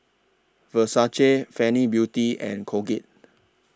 Versace Fenty Beauty and Colgate